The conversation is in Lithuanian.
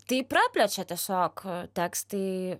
tai praplečia tiesiog tekstai